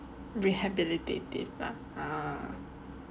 rehabilitative ah